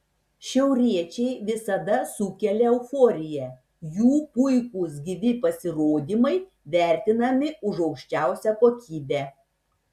šiauriečiai visada sukelia euforiją jų puikūs gyvi pasirodymai vertinami už aukščiausią kokybę